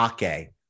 Ake